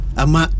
ama